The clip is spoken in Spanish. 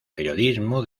periodismo